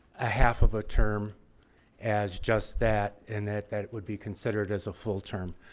a half of a term as just that and that that would be considered as a full term